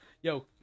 Yo